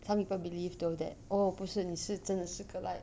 some people believe though that oh 不是你是真的是个 like